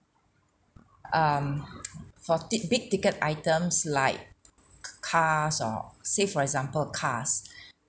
um for ti~ big ticket items like cars or say for example cars